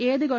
ഏത് ഗവ